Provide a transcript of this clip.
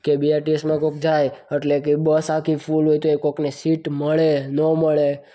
કે બીઆરટીએસમાં કોઈક જાય એટલે કે બસ આખી ફુલ હોય તો કોઈને સીટ મળે ન મળે